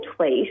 tweet